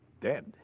dead